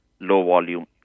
low-volume